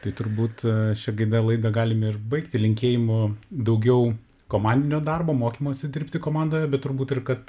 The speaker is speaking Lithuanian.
tai turbūt a šia gaida laidą galime ir baigti linkėjimų daugiau komandinio darbo mokymosi dirbti komandoje bet turbūt ir kad